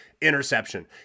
interception